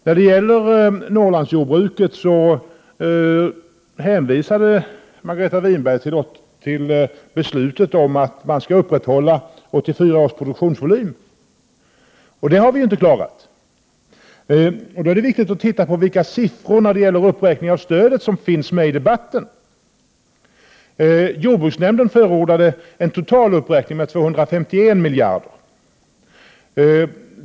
När det gäller Norrlandsjordbruket hänvisade Margareta Winberg till beslutet om att man skall upprätthålla 1984 års produktionsvolym. Det har vi inte klarat. Då är det viktigt att titta på vilka siffror när det gäller uppräkningen av stödet som finns med i debatten. Jordbruksnämnden förordade en total uppräkning med 251 miljoner.